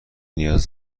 نیاز